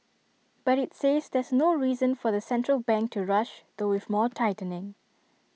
but IT says there's no reason for the central bank to rush though with more tightening